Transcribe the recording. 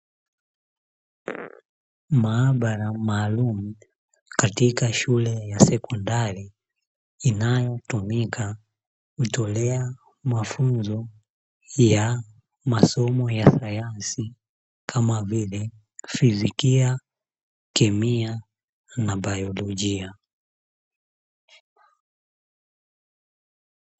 Maabara maalum katika shule ya sekondari, inayotumika kutolea mafunzo ya masomo ya sayansi kama vile fizikia kemea na bayojia